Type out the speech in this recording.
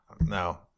no